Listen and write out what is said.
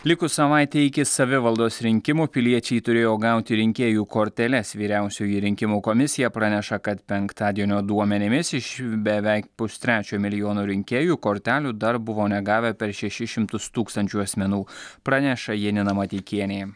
likus savaitei iki savivaldos rinkimų piliečiai turėjo gauti rinkėjų korteles vyriausioji rinkimų komisija praneša kad penktadienio duomenimis iš beveik pustrečio milijono rinkėjų kortelių dar buvo negavę per šešis šimtus tūkstančių asmenų praneša janina mateikienė